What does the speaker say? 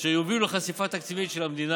אשר יובילו לחשיפה תקציבית של המדינה.